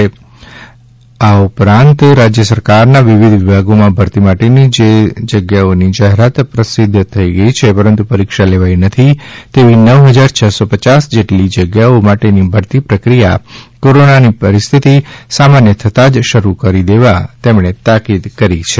તદ્દઅનુસાર રાજ્ય સરકારના વિવિધ વિભાગોમાં ભરતી માટેની જે જગ્યાઓની જાહેરાત પ્રસિધ્ધ થઇ ગઇ છે પરંતુ પરિક્ષા લેવાઇ નથી તેવી નવ હજાર છસ્સો પયાસ જેટલી જગ્યાઓ માટેની ભરતી પ્રક્રિયા કોરોનાની સ્થિતિ સામાન્ય થતાં જ શરૂ કરી દેવા તેમણે તાકિદ કરી છે